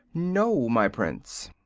no, my prince.